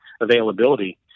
availability